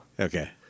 Okay